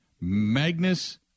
Magnus